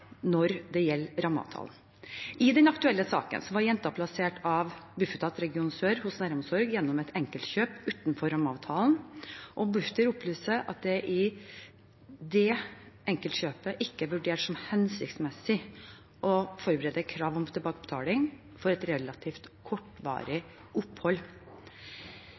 når det gjelder rammeavtale. I den aktuelle saken var jenta av Bufetat region sør plassert hos Næromsorg gjennom et enkeltkjøp utenfor rammeavtalen, og Bufdir opplyser at det i det enkeltkjøpet er vurdert som ikke hensiktsmessig å forberede krav om tilbakebetaling for et relativt kortvarig opphold.